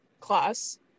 class